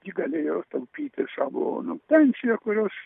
ji galėjo taupyti savo nu pensiją kurios